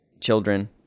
children